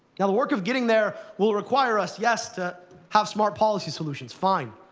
now, the work of getting there will require us, yes, to have smart policy solutions. fine.